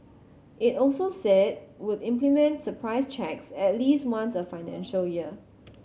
it also said would implement surprise checks at least once a financial year